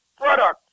product